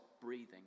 breathing